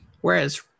Whereas